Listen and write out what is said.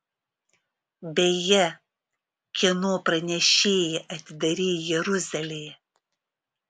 beje kieno pranešėją atidarei jeruzalėje